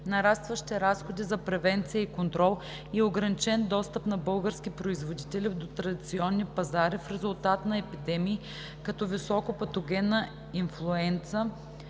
нарастващи разходи за превенция и контрол и ограничен достъп на български производители до традиционни пазари в резултат на епидемии, като високопатогенна инфлуенца